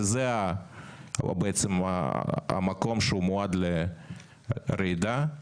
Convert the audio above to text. שזה בעצם המקום שהוא מועד לרעידה.